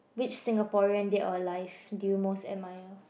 which Singaporean dead or alive do you most admire